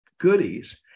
goodies